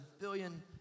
billion